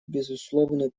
безусловную